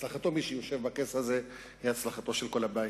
הצלחתו של מי שיושב בכס הזה היא הצלחתו של כל הבית.